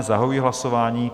Zahajuji hlasování.